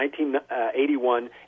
1981